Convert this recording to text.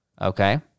okay